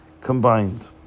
combined